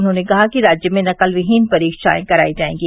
उन्होंने कहा कि राज्य में नकल विहीन परीक्षाए कराई जायेगी